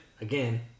again